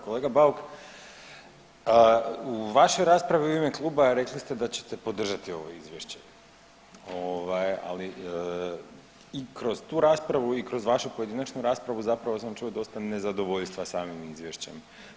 Kolega Bauk, u vašoj raspravi u ime kluba rekli ste da ćete podržati ovo izvješće, ovaj ali i kroz tu raspravu i kroz vašu pojedinačnu raspravu zapravo sam čuo dosta nezadovoljstva samim izvješćem.